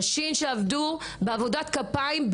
נשים שעבדו בעבודת כפיים,